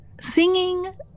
Singing